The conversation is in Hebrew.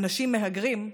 אנשים מהגרים,